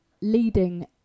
leading